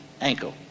ankle